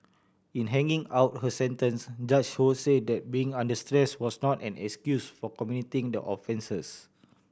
in handing out her sentence Judge Ho said that being under stress was not an excuse for committing the offences